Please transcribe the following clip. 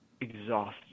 exhausted